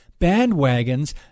bandwagons